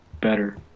better